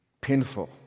painful